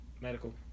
Medical